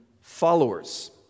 followers